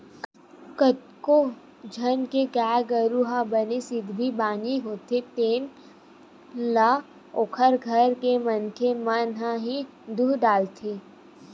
कतको झन के गाय गरु ह बने सिधवी बानी होथे तेन ल ओखर घर के मनखे मन ह ही दूह डरथे